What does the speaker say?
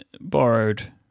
borrowed